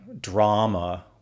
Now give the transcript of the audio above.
drama